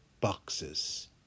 boxes